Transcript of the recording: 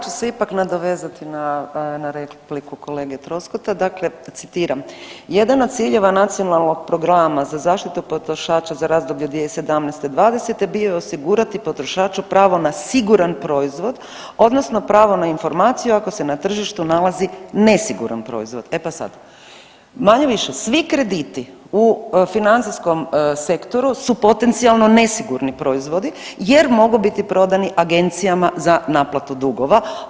Ali ja ću se ipak nadovezati na repliku kolege Troskota, dakle citiram „Jedan od ciljeva Nacionalnog programa za zaštitu potrošača za razdoblje 2017.-2020. bio je osigurati potrošaču pravo na siguran proizvod odnosno pravo na informaciju ako se na tržištu nalazi nesiguran proizvod“, e pa sad manje-više svi krediti u financijskom sektoru su potencijalno nesigurni proizvodi jer mogu biti prodani agencijama za naplatu dugova.